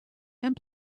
and